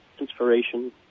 inspiration